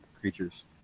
creatures